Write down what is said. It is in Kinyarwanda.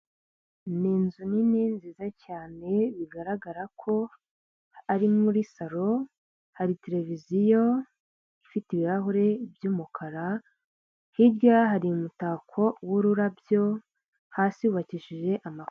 Ni inzu nini nziza cyane bigaragara ko ari muri salon, Hari televiziyo ifite ibirahuri by'umukara. Hirya hari umutako wururabyo hasi yubakishije amakuro.